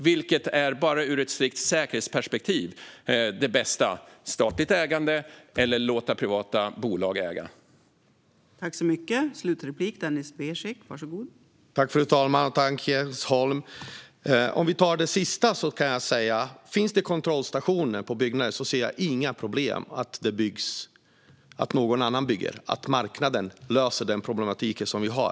Vilket är ur ett strikt säkerhetsperspektiv det bästa - att staten äger det eller att vi låter privata bolag äga det?